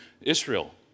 Israel